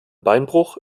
beinbruch